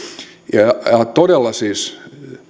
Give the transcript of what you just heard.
ja ja todella siis